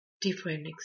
different